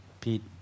Pete